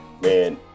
man